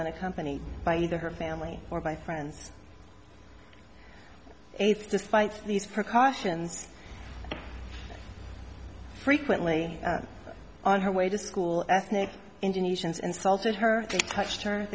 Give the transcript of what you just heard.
unaccompanied by either her family or by friends aides despite these precautions frequently on her way to school ethnic indonesians insulted her touched